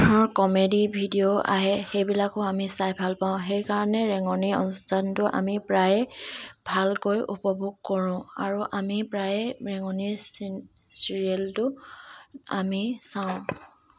comedy video আহে সেইবিলাকো আমি চাই ভাল পাওঁ সেইকাৰণে ৰেঙনি অনুষ্ঠানটো আমি প্ৰায়ে ভালকৈ উপভোগ কৰোঁ আৰু আমি প্ৰায়ে ৰেঙনি ছি ছিৰিয়েলটো আমি চাওঁ